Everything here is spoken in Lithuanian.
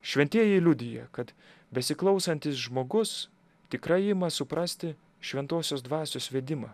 šventieji liudija kad besiklausantis žmogus tikrai ima suprasti šventosios dvasios vedimą